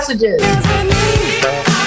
messages